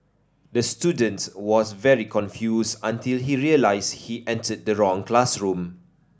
the student was very confused until he realised he entered the wrong classroom